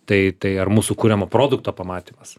tai tai ar mūsų kuriamo produkto pamatymas